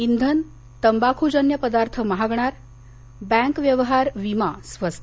इंधन तंबाखूजन्य पदार्थ महागणार बँक व्यवहार वीमा स्वस्त